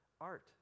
art